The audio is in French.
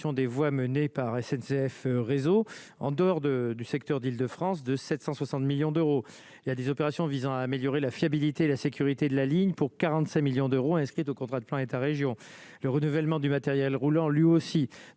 des voies mené par SNCF réseau en dehors de du secteur d'Île-de-France de 760 millions d'euros il y a des opérations visant à améliorer la fiabilité, la sécurité de la ligne pour 45 millions d'euros inscrit au contrat de plan État-Région, le renouvellement du matériel roulant lui aussi